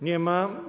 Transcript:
Nie ma.